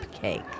cake